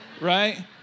right